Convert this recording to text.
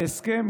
בהסכם,